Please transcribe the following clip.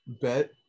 bet